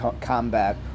combat